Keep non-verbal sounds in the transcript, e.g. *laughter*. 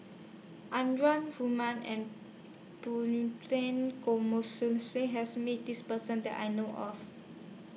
Anwarul Haque and *unintelligible* has Met This Person that I know of